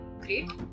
great